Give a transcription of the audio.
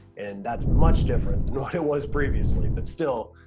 and that's much different than what it was previously. but still,